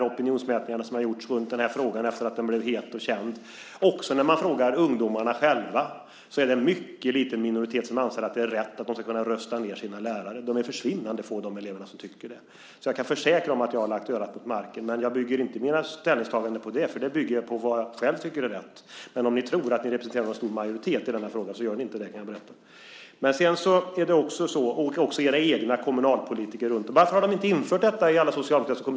De opinionsmätningar som har gjorts runt den här frågan efter att den blev het och känd, också när man frågar ungdomarna själva, visar att det är en mycket liten minoritet som anser att det är rätt att ungdomarna ska kunna rösta ned sina lärare. De elever som tycker det är försvinnande få. Jag kan försäkra er att jag har lagt örat mot marken, men jag bygger inte mitt ställningstagande på det. Det bygger jag på vad jag själv tycker är rätt. Men om ni tror att ni representerar en stor majoritet i denna fråga så är det fel. Ni gör inte det, kan jag berätta. Och era egna kommunalpolitiker runtom i landet: Varför har de inte infört detta i alla socialdemokratiska kommuner?